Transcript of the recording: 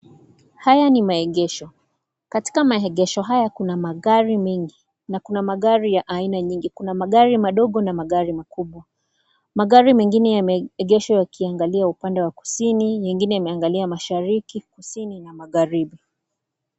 Hya ni maegesho, katika maegesho haya kuna magari mengi na kuna magari ya aina nyingi. Kuna magari madogo na magari makubwa , magari mengine yameegeshwa yakiangalia upande wa kusini nyengine imeangalia mashariki, kusini na magharibi.